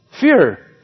Fear